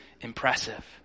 impressive